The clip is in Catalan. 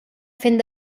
fent